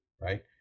right